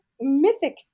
mythic